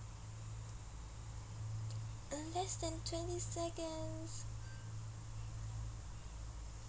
uh less than twenty seconds